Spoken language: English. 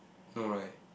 no right